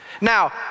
Now